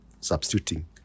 substituting